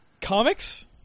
comics